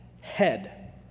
head